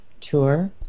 tour